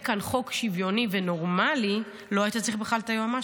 כאן חוק שוויוני ונורמלי לא היית צריך בכלל את היועמ"שית,